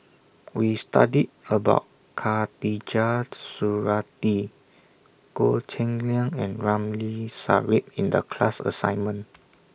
We studied about Khatijah Surattee Goh Cheng Liang and Ramli Sarip in The class assignment